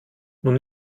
nun